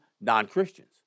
non-Christians